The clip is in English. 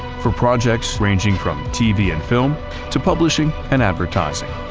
for projects ranging from tv and film to publishing and advertising.